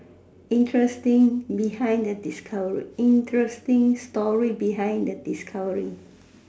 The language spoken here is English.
interesting behind the discovery interesting story behind the discovery